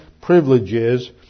privileges